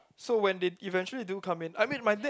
so when they eventually do come in I mean my dad